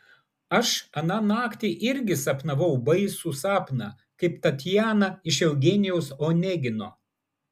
aš aną naktį irgi sapnavau baisų sapną kaip tatjana iš eugenijaus onegino